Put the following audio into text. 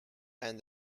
and